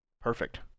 Perfect